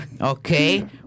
okay